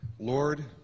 Lord